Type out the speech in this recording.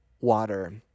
water